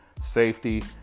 safety